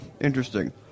Interesting